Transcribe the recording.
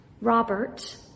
Robert